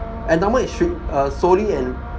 endowment is should um slowly and